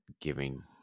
giving